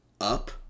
up